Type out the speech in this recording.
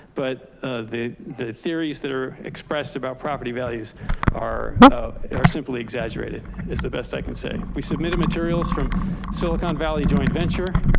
but the the theories that are expressed about property values are and are simply exaggerated is the best i can say. we submitted materials from silicon valley joint venture,